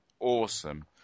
Awesome